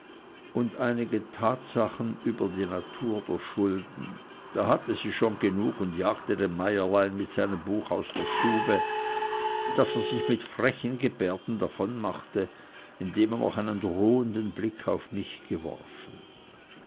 und einige tatsachen über die natur der schulden da hatte sie schon genug und jagte den meierlein mit seinem buche aus der stube daß er sich mit frechen gebärden davonmachte nachdem er noch einen drohenden blick auf mich geworfen